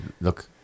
look